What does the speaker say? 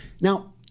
Now